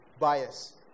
bias